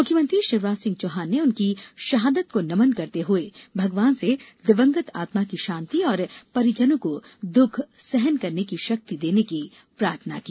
मुख्यमंत्री शिवराज सिंह चौहान ने उनकी शहादत को नमन करते हुए भगवान से दिवंगत आत्मा की शांति और परिजनों को दुःख सहन करने की शक्ति देने की प्रार्थना की